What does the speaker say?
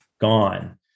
Gone